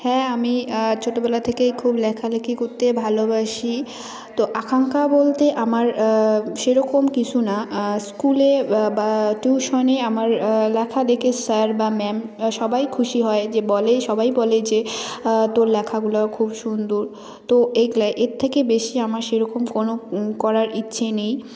হ্যাঁ আমি ছোটোবেলা থেকেই খুব লেখালেখি করতে ভালোবাসি তো আকাঙ্খা বলতে আমার সেরকম কিসু না স্কুলে বা টিউশনে আমার লেখা দেখে স্যার বা ম্যাম সবাই খুশি হয় যে বলে সবাই বলে যে তোর লেখাগুলা খুব সুন্দর তো এই ক্ল্যা এর থেকে বেশি আমার সেরকম কোনো করার ইচ্ছে নেই